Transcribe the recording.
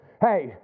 Hey